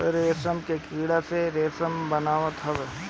रेशम के कीड़ा से रेशम बनत हवे